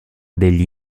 degli